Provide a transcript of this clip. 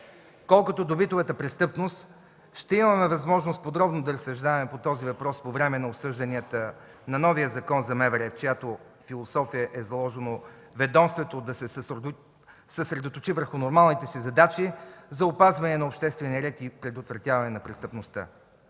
Колкото до битовата престъпност, ще имаме възможност подробно да разсъждаваме по този въпрос по време на обсъжданията на новия Закон за МВР, в чиято философия е заложено ведомството да се съсредоточи върху нормалните си задачи за опазване на обществения ред и предотвратяване на престъпността.